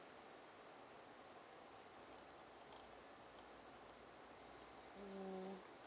mm